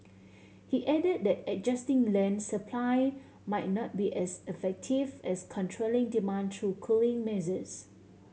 he added that adjusting land supply might not be as effective as controlling demand through cooling measures